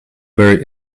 very